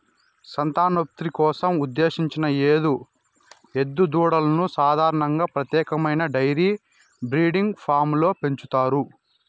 సంతానోత్పత్తి కోసం ఉద్దేశించిన ఎద్దు దూడలను సాధారణంగా ప్రత్యేకమైన డెయిరీ బ్రీడింగ్ ఫామ్లలో పెంచుతారు